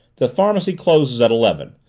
the pharmacy closes at eleven.